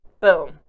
boom